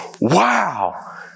wow